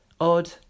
Odd